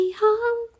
home